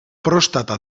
prostata